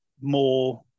more